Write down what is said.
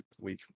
week